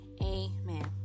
amen